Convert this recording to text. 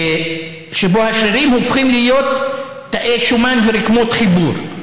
שבה השרירים הופכים להיות תאי שומן ורקמות חיבור.